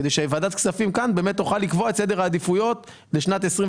כדי שוועדת הכספים תוכל לקבוע את סדר העדיפויות לשנת 2023